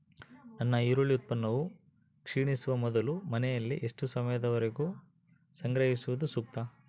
ನನ್ನ ಈರುಳ್ಳಿ ಉತ್ಪನ್ನವು ಕ್ಷೇಣಿಸುವ ಮೊದಲು ಮನೆಯಲ್ಲಿ ಎಷ್ಟು ಸಮಯದವರೆಗೆ ಸಂಗ್ರಹಿಸುವುದು ಸೂಕ್ತ?